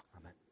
amen